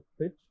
pitch